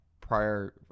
prior